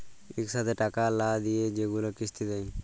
ইকসাথে টাকা লা দিঁয়ে যেগুলা কিস্তি দেয়